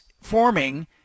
forming